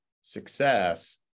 success